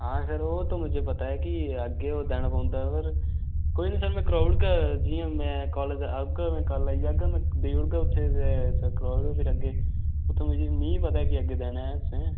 हां सर ओ तो मुझे पता ऐ कि अग्गे ओह् देना पौंदा ऐ पर कोई निं सर में कराई ओड़गा जि'यां में कालेज औह्गा में कल आई जाग्गा में देई ओड़गा उत्थै ते सर कराई ओड़गा फ्ही अग्गें उत्थै मी बी पता ऐ जे अग्गे देना ऐ तुसें